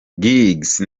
giggs